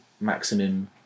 Maximum